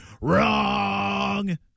Wrong